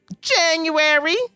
January